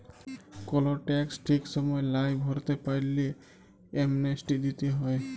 call tax ঠিক সময় লায় ভরতে পারল্যে, অ্যামনেস্টি দিতে হ্যয়